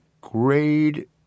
grade